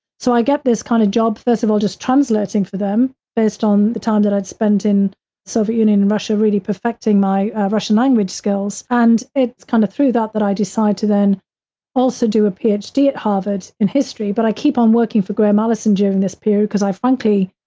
so, i get this kind of job, first of all, just translating for them based on the time that i'd spent in soviet union, russia, really perfecting my russian language skills. and it's kind of through that, that i decided to then also do a phd at harvard in history, but i keep on working for graham allison during this period, because i frankly,